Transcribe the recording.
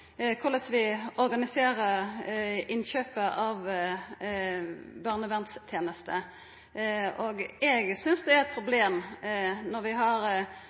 korleis vi organiserer innkjøp av barnevernstenestene. Eg synest det er eit problem når vi har